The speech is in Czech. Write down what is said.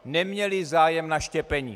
Neměli zájem na štěpení.